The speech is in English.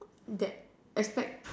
that expect